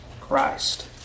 Christ